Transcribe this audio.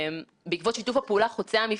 והרגולטורים כולם: הפיקוח על הבנקים,